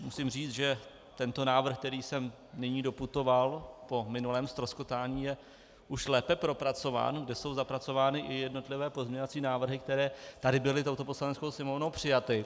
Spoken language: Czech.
Musím říct, že tento návrh, který sem nyní doputoval po minulém ztroskotání, je už lépe propracován, kde jsou zapracovány i jednotlivé pozměňovací návrhy, které tady byly touto Poslaneckou sněmovnou přijaty.